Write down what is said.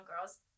girls